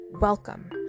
Welcome